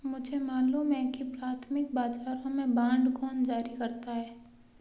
मुझे मालूम है कि प्राथमिक बाजारों में बांड कौन जारी करता है